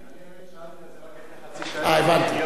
לפני חצי שעה, אה, הבנתי.